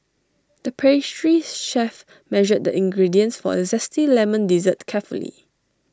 the pastry chef measured ingredients for A Zesty Lemon Dessert carefully